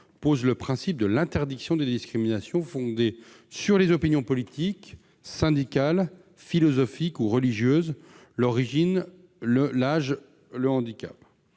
pose le principe de l'interdiction des discriminations fondées sur les opinions politiques, syndicales, philosophiques ou religieuses, l'origine, l'âge, le handicap.